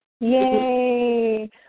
Yay